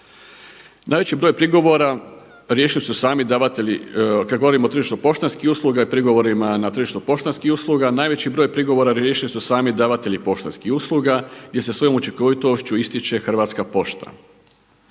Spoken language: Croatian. najveći broj prigovora riješili su sami davatelji poštanskih usluga gdje se sa svojom učinkovitošću ističe Hrvatska pošta.